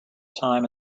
time